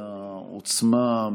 מהעוצמה,